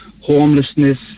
homelessness